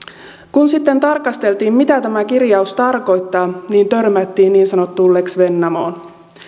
kun sitten tarkasteltiin mitä tämä kirjaus tarkoittaa niin törmättiin niin sanottuun lex vennamoon